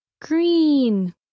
Green